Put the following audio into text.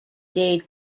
dade